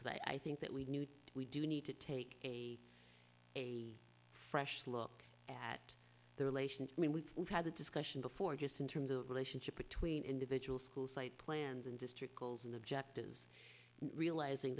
because i think that we knew we do need to take a a fresh look at the relation i mean we've had the discussion before just in terms of relationship between individual school site plans and district goals and objectives realizing